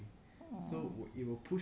oh